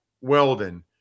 Weldon